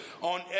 on